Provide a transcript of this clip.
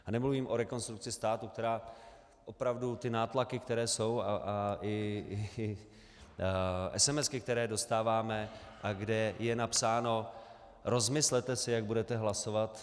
A nemluvím o rekonstrukci státu, která opravdu ty nátlaky, které jsou, a i esemesky, které dostáváme a kde je napsáno: rozmyslete si, jak budete hlasovat.